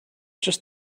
just